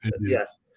Yes